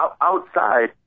outside